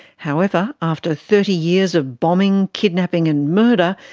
however, after thirty years of bombing, kidnapping and murder,